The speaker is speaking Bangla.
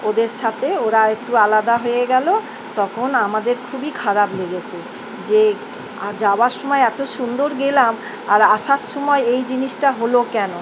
ওদের সাথে ওরা একটু আলাদা হয়ে গেল তখন আমাদের খুবই খারাপ লেগেছে যে যাওয়ার সময় এত সুন্দর গেলাম আর আসার সময় এই জিনিসটা হল কেন